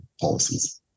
policies